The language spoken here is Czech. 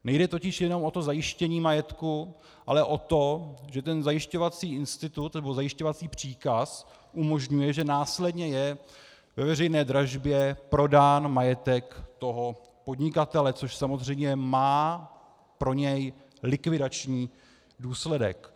Nejde totiž jenom o zajištění majetku, ale o to, že ten zajišťovací institut nebo zajišťovací příkaz umožňuje, že následně je ve veřejné dražbě prodán majetek toho podnikatele, což samozřejmě má pro něj likvidační důsledek.